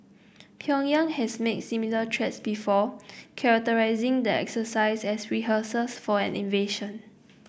Pyongyang has made similar threats before characterising the exercise as rehearsals for an invasion